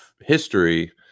history